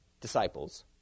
disciples